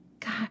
God